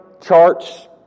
charts